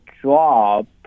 drop